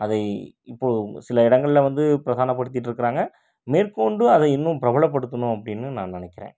அதை இப்போது சில இடங்களில் வந்து பிரதானப்படுத்திகிட்டுருக்குறாங்க மேற்கொண்டும் அதை இன்னும் பிரபலப்படுத்தணும் அப்படின்னு நான் நினைக்குறேன்